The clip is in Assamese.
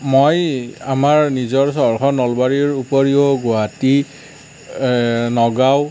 মই আমাৰ নিজৰ চহৰখন নলবাৰীৰ উপৰিও গুৱাহাটী নগাঁও